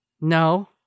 No